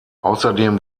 außerdem